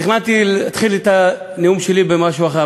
תכננתי להתחיל את הנאום שלי במשהו אחר,